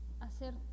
Hacer